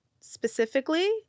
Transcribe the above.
specifically